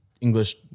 English